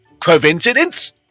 Coincidence